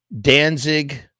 danzig